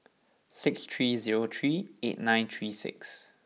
six three zero three eight nine three six